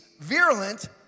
virulent